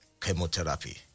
chemotherapy